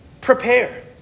prepare